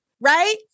right